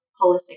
holistic